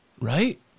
Right